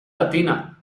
latina